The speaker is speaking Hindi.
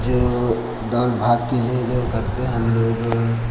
जो दौड़ भाग के लिए जो करते हैं हम लोग